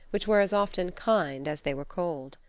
which were as often kind as they were cold.